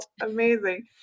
Amazing